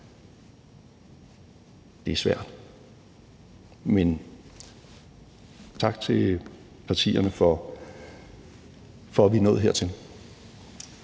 er det svært. Men tak til partierne for, at vi er nået hertil.